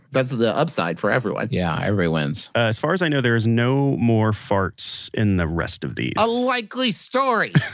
that's the upside for everyone yeah. everyone wins as far as i know, there's no more farts in the rest of these a likely story